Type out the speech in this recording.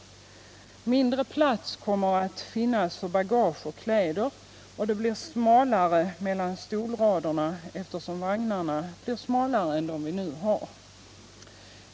Mindre plats kommer att finnas för bagage och kläder, och det blir smalare mellan stolraderna, eftersom vagnarna blir smalare än de vi nu har.